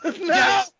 No